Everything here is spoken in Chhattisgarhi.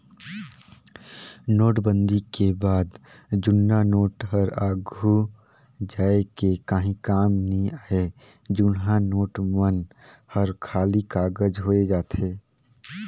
नोटबंदी के बाद जुन्ना नोट हर आघु जाए के काहीं काम नी आए जुनहा नोट मन हर खाली कागज होए जाथे